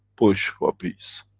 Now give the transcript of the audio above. push for peace.